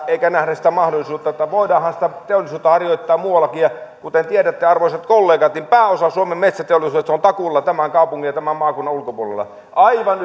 eikä nähdä sitä mahdollisuutta että voidaanhan sitä teollisuutta harjoittaa muuallakin kuten tiedätte arvoisat kollegat pääosa suomen metsäteollisuudesta on on takuulla tämän kaupungin ja tämän maakunnan ulkopuolella aivan